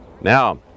Now